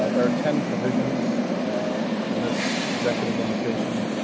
ah are ten provisions in this executive limitation,